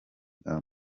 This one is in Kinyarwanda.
bwa